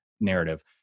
narrative